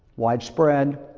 widespread,